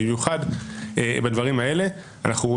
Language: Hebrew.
גם ליורשים על-פי דין.